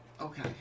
Okay